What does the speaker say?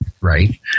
Right